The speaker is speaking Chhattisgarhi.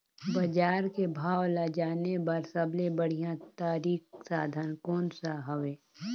बजार के भाव ला जाने बार सबले बढ़िया तारिक साधन कोन सा हवय?